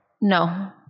No